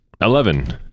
Eleven